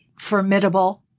formidable